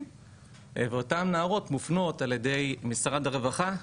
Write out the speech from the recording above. ואותן נערות מופנות על ידי משרד הרווחה,